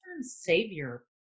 savior